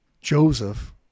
Joseph